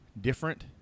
different